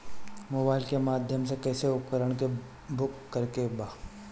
Mobile के माध्यम से कैसे उपकरण के बुक करेके बा?